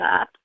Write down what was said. up